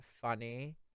funny